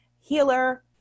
healer